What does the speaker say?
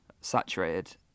saturated